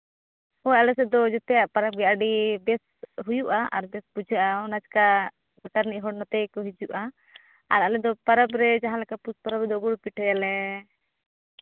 ᱦᱚᱸ ᱟᱞᱮ ᱥᱮᱫ ᱫᱚ ᱡᱮᱛᱮᱭᱟᱜ ᱯᱟᱨᱟᱵᱽ ᱜᱮ ᱟᱹᱰᱤ ᱵᱮᱥ ᱦᱩᱭᱩᱜᱼᱟ ᱟᱨ ᱵᱮᱥ ᱵᱩᱡᱷᱟᱹᱜᱼᱟ ᱚᱱᱟ ᱪᱮᱠᱟ ᱜᱚᱴᱟ ᱨᱮᱱᱤᱡ ᱦᱚᱲ ᱱᱚᱛᱮ ᱜᱮᱠᱚ ᱦᱤᱡᱩᱜᱼᱟ ᱟᱨ ᱟᱞᱮ ᱫᱚ ᱯᱟᱨᱟᱵᱽ ᱨᱮ ᱡᱟᱦᱟᱸ ᱞᱮᱠᱟ ᱯᱩᱥ ᱯᱚᱨᱚᱵᱽ ᱨᱮᱫᱚ ᱜᱩᱲ ᱯᱤᱴᱷᱟᱹᱭᱟᱞᱮ